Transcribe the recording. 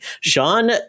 Sean